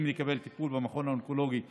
לקבל טיפול במכון האונקולוגי בוולפסון.